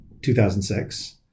2006